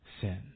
sin